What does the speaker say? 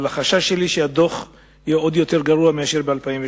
אבל החשש שלי הוא שהדוח יהיה עוד יותר גרוע מאשר ב-2008.